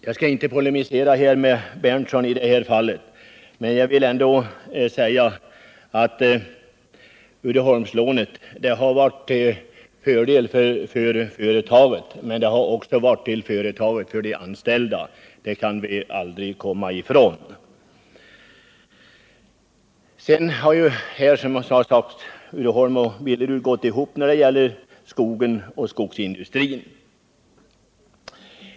Jag skall inte polemisera med Nils Berndtson om detta, men jag vill ändå säga att Uddeholmslånet har varit till fördel inte bara för företaget utan också för de anställda — det kan vi aldrig komma ifrån. Sedan har Uddeholm och Billerud gått ihop när det gäller skogen och skogsindustrin.